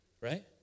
Right